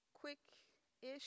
quick-ish